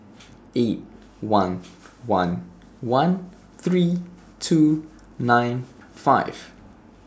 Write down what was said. eight one one one three two nine five